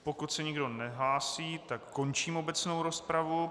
Pokud se nikdo nehlásí, tak končím obecnou rozpravu.